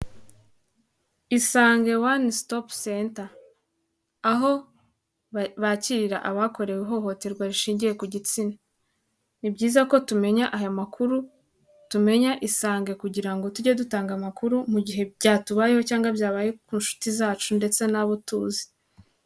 Isange One Stop Center aho bakirira abakorewe ihohoterwa rishingiye ku gitsina, ni byiza ko tumenya aya makuru, tumenya Isange kugira ngo tujye dutanga amakuru mu gihe byatubayeho cyangwa byabaye ku nshuti zacu ndetse n'abo tuzi.